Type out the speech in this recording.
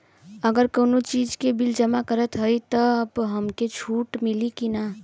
अगर कउनो चीज़ के बिल जमा करत हई तब हमके छूट मिली कि ना?